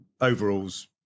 overalls